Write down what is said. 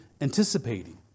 anticipating